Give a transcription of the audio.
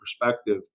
perspective